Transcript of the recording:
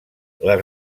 les